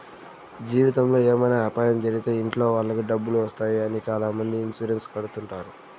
జీవితంలో ఏమైనా అపాయం జరిగితే ఇంట్లో వాళ్ళకి డబ్బులు వస్తాయి అని చాలామంది ఇన్సూరెన్స్ కడుతుంటారు